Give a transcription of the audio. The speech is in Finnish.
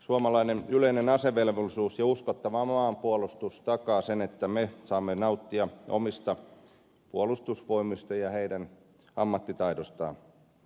suomalainen yleinen asevelvollisuus ja uskottava maanpuolustus takaavat sen että me saamme nauttia omista puolustusvoimista ja niiden ammattitaidosta